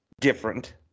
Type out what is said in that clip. different